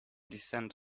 descent